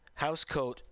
housecoat